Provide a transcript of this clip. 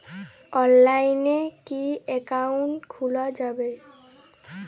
অনলাইনে কি অ্যাকাউন্ট খোলা যাবে?